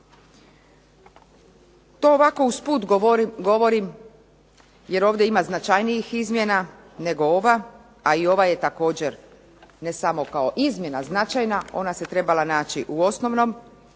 To ovako usput govorim jer ovdje ima značajnijih izmjena nego ova, a i ova je također ne samo kao izmjena značajna, ona se trebala naći u osnovnom